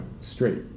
straight